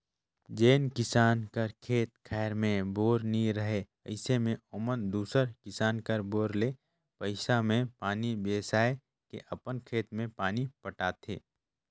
जेन किसान कर खेत खाएर मे बोर नी रहें अइसे मे ओमन दूसर किसान कर बोर ले पइसा मे पानी बेसाए के अपन खेत मे पानी पटाथे